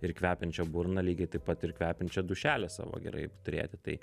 ir kvepiančią burną lygiai taip pat ir kvepiančią dūšelę savo gerai turėti tai